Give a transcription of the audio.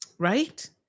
right